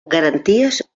garanties